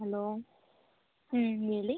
hello ಹ್ಞೂ ಹೇಳಿ